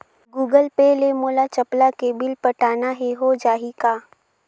Google Pay ले मोल चपला के बिल पटाना हे, हो जाही का?